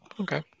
Okay